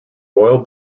royal